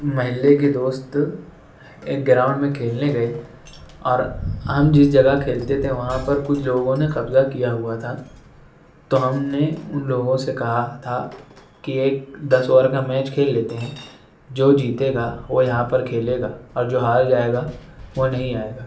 محلے کے دوست ایک گراؤنڈ میں کھیلنے گئے اور ہم جس جگہ کھیلتے تھے وہاں پر کچھ لوگوں نے قبضہ کیا ہوا تھا تو ہم نے ان لوگوں سے کہا تھا کہ ایک دس اوور کا میچ کھیل لیتے ہیں جو جیتے گا وہ یہاں پر کھیلے گا اور جو ہار جائے گا وہ نہیں آئے گا